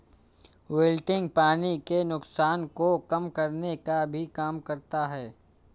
wilting पानी के नुकसान को कम करने का भी काम करता है